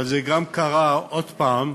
אבל זה קרה עוד פעם,